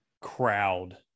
crowd